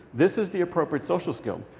this is the appropriate social skill.